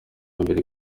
mbere